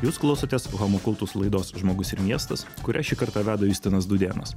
jūs klausotės homo kultus laidos žmogus ir miestas kurią šį kartą veda justinas dūdėnas